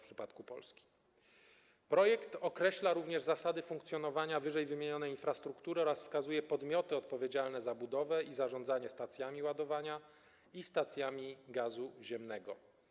Projekt określa również zasady funkcjonowania ww. infrastruktury oraz wskazuje podmioty odpowiedzialne za budowę i zarządzanie stacjami ładowania i stacjami gazu ziemnego.